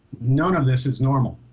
none of this is normal.